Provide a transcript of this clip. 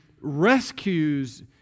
rescues